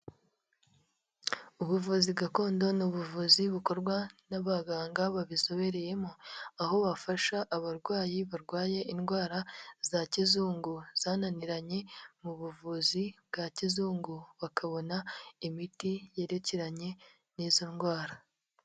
Ubuvuzi gakondo ni ubuvuzi bukorwa n'abaganga babizobereyemo, aho bafasha abarwayi barwaye indwara za kizungu, zananiranye mu buvuzi bwa kizungu, bakabona imiti yerekeranye n'izo ndwara.